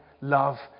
love